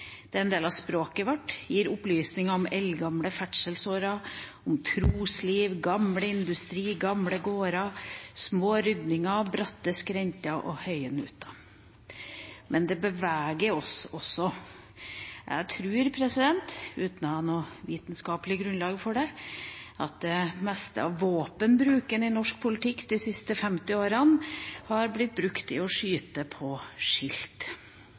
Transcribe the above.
del av språket vårt, og gir opplysninger om eldgamle ferdselsårer, om trosliv, gammel industri, gamle gårder, små rydninger, bratte skrenter og høye nuter. Men det beveger oss også. Jeg tror – uten å ha noe vitenskapelig grunnlag for å si det – at det meste som har handlet om våpenbruk i norsk politikk de siste 50 årene, har dreid seg om å skyte på skilt.